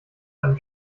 einem